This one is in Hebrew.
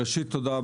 ראשית תודה,